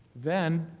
then,